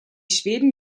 schweden